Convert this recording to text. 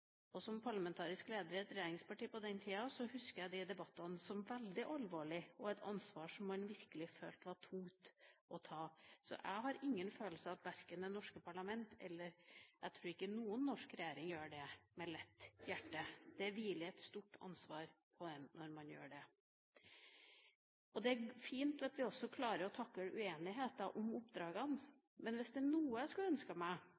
Som parlamentarisk leder i et regjeringsparti på den tida husker jeg debattene som veldig alvorlige, og det var et ansvar som en virkelig følte var tungt å ta. Jeg har ingen følelse av at verken det norske parlamentet eller – tror jeg – noen norsk regjering gjør det med lett hjerte. Det hviler et stort ansvar på en når en gjør det. Det er fint at vi også klarer å takle uenigheten om oppdragene. Hvis det er noe jeg skulle ønsket meg,